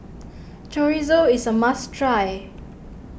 Chorizo is a must try